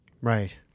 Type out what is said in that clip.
Right